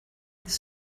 this